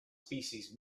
species